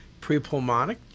prepulmonic